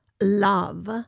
love